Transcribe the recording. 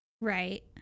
Right